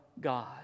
God